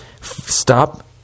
stop